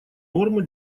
нормы